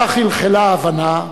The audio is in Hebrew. כך חלחלה ההבנה,